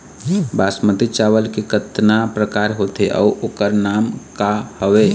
बासमती चावल के कतना प्रकार होथे अउ ओकर नाम क हवे?